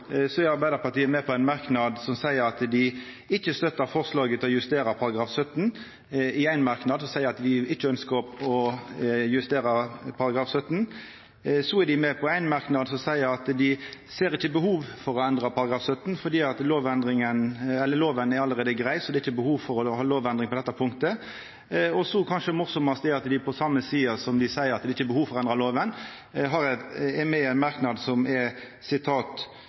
Så er dei med på ein merknad som seier at dei ikkje ser behov for å endra § 17 fordi loven er allereie grei, så det er ikkje behov for lovendring på dette punktet. Og så er kanskje det mest morosame at dei på same side som dei seier at det ikkje er behov for å endra loven, er med i ein merknad som seier: «Komiteens flertall, medlemmene fra Arbeiderpartiet, Kristelig Folkeparti, Senterpartiet og Sosialistisk Venstreparti, viser til at Justisdepartementet i sin høringsuttalelse mener at departementets forslag bør få som konsekvens at inndelingslova § 17 skrives om slik at det blir klart hva som skal gjelde.» Så dette er